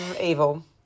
evil